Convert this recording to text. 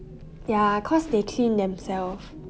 ya cause they clean themselves